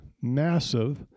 massive